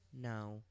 Now